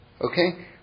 Okay